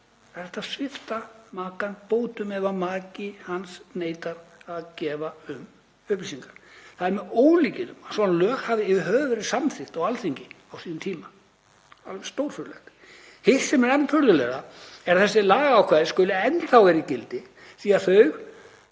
Það er hægt að svipta hann bótum ef maki hans neitar að gefa upplýsingar. Það er með ólíkindum að svona lög hafi yfir höfuð verið samþykkt á Alþingi á sínum tíma, alveg stórfurðulegt. Hitt sem er enn furðulegra er að þessi lagaákvæði skuli enn þá vera í gildi því að þau,